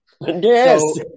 Yes